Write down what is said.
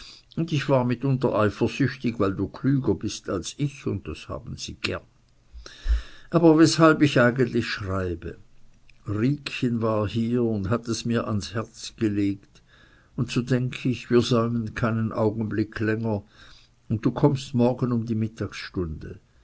und ich war mitunter eifersüchtig weil du klüger bist als ich und das haben sie gern aber weshalb ich eigentlich schreibe riekchen war hier und hat es mir ans herz gelegt und so denk ich wir säumen keinen augenblick länger und du kommst morgen um die mittagsstunde